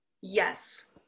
Yes